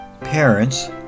parents